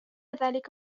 ذلك